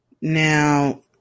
Now